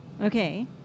okay